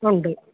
ഉണ്ട്